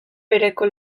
bereko